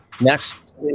Next